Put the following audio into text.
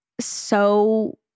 so-